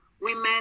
women